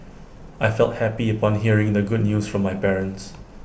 I felt happy upon hearing the good news from my parents